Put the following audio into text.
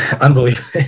Unbelievable